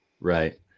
Right